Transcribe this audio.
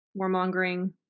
warmongering